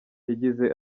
yagize